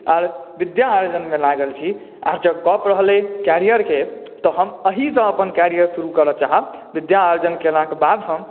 और विद्या अर्जनमे लागल छी आ जँ गप रहलै कॅरियर केँ तऽ हम एहिसँ अपन कॅरियर शुरु करऽ चाहब विद्या अर्जन केलाकेँ बाद हम